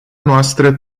noastră